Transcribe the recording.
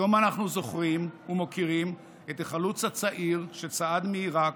היום אנחנו זוכרים ומוקירים את החלוץ הצעיר שצעד מעיראק,